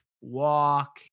walk